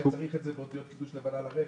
אולי צריך את זה באותיות של קידוש לבנה על הרכב.